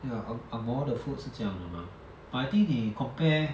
ya ang moh 的 food 是这样的吗 but I think 你 compare